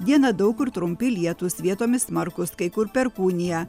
dieną daug kur trumpi lietūs vietomis smarkūs kai kur perkūnija